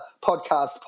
podcast